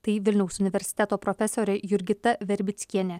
tai vilniaus universiteto profesorė jurgita verbickienė